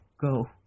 go